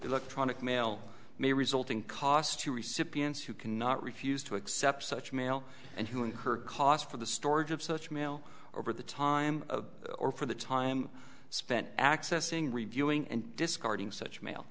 electronic mail may result in cost to recipients who cannot refuse to accept such mail and who incur costs for the storage of such mail over the time or for the time spent accessing reviewing and discarding such mail